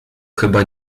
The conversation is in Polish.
chyba